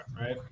Right